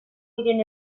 diren